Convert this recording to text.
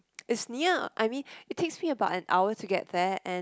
it's near I mean it takes me about an hour to get there and